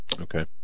Okay